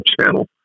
channel